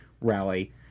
rally